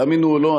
תאמינו או לא,